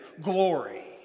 glory